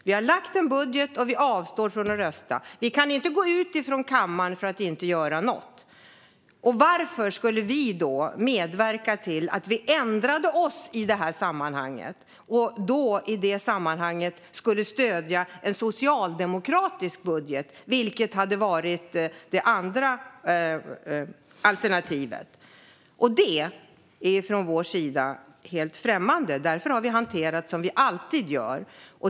Vi har lagt fram en budget, och vi avstår från att rösta. Vi kan inte gå ut från kammaren för att inte göra något. Varför skulle vi då ändra oss i detta sammanhang och stödja en socialdemokratisk budget, vilket hade varit det andra alternativet? Det är från vår sida helt främmande, och därför har vi hanterat detta som vi alltid gör.